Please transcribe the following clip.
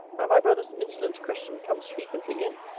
and my brother's insolent question comes frequently in,